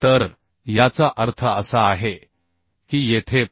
तर याचा अर्थ असा आहे की येथे पी